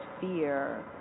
fear